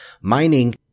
mining